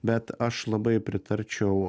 bet aš labai pritarčiau